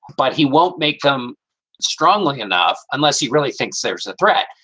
but he won't make them strongly enough unless he really thinks there's a threat.